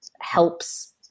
helps